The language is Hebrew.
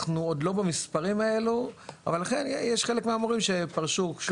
אנחנו עדיין לא במספרים האלו אבל כן יש חלק מהמורים שפרשו.